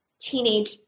teenage